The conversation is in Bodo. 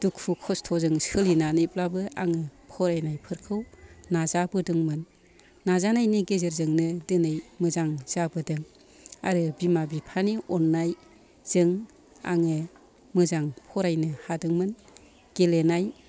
दुखु खस्थजों सोलिनानैब्लाबो आङो फरायनायफोरखौ नाजा बोदोंमोन नाजानायनि गेजेरजोंनो दिनै मोजां जाबोदों आरो बिमा बिफानि अन्नायजों आङो मोजां फरायनो हादोंमोन गेलेनाय